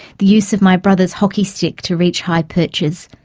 the use of my brother's hockey stick to reach high perches,